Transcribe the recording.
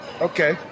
okay